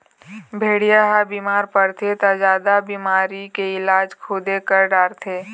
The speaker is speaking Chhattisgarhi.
भेड़िया ह बिमार परथे त जादा बिमारी के इलाज खुदे कर डारथे